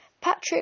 Patrick